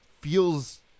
feels